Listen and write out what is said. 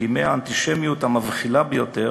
בימי האנטישמיות המבחילה ביותר,